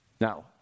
Now